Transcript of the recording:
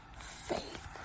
faith